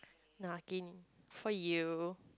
nah 给你 for you